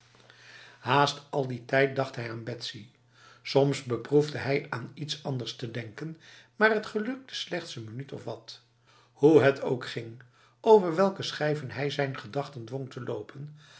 haast al die tijd dacht hij aan betsy soms beproefde hij aan iets anders te denken maar het gelukte slechts n minuut of wat hoe het ook ging over welke schijven hij zijn gedachten dwong te lopen